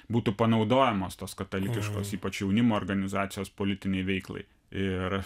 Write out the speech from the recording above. būtų panaudojamos tos katalikiškos ypač jaunimo organizacijos politinei veiklai ir